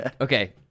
Okay